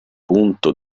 punto